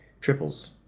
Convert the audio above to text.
triples